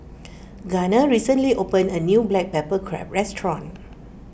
Garner recently opened a new Black Pepper Crab restaurant